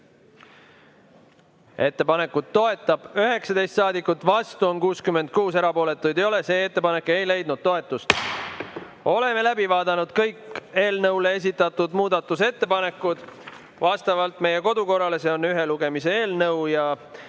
Ettepanekut toetab 19 saadikut, vastu on 66, erapooletuid ei ole. See ettepanek ei leidnud toetust. Oleme läbi vaadanud kõik eelnõu kohta esitatud muudatusettepanekud. Vastavalt meie kodukorrale on see ühe lugemise eelnõu